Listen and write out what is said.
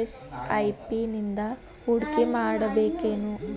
SIP ನಿಂದಾ ಹೂಡ್ಕಿಮಾಡ್ಬೆಕೇನು?